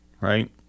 Right